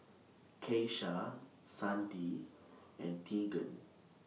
Keisha Sandi and Teagan